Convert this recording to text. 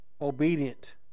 obedient